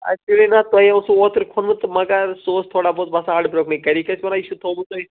اٮ۪کچُلی نا تۄہہِ اوسو اوترٕ کھوٚنمُت تہٕ مگر سُہ اوس تھوڑا بہت باسان اڈٕ پیوٚہمُے گَرِکۍ ٲسۍ وَنان یہِ چھُو تھوٚمُت تۄہہِ